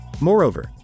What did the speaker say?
Moreover